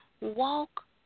walk